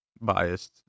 biased